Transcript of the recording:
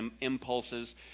impulses